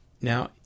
Now